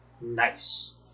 nice